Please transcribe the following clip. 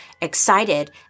Excited